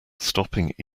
stopping